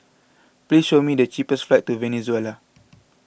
please show me the cheapest flights to Venezuela